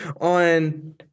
on